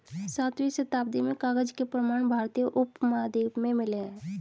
सातवीं शताब्दी में कागज के प्रमाण भारतीय उपमहाद्वीप में मिले हैं